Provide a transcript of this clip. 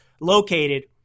located